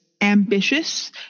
ambitious